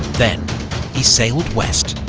then he sailed west.